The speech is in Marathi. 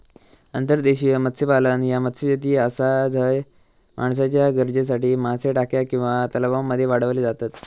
अंतर्देशीय मत्स्यपालन ह्या मत्स्यशेती आसा झय माणसाच्या गरजेसाठी मासे टाक्या किंवा तलावांमध्ये वाढवले जातत